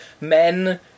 men